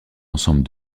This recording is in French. ensemble